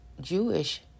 jewish